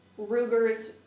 Ruger's